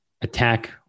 attack